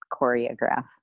choreograph